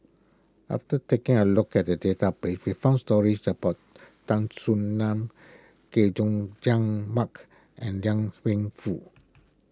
after taking a look at the database we found stories about Tan Soo Nan Chay Jung Jun Mark and Liang Wenfu